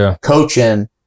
coaching